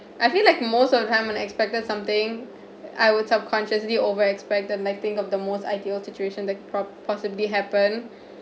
I feel like most of the time when I expected something I would subconsciously over expected like think of the most ideal situation that po~ possibly happen